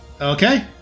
okay